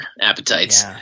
appetites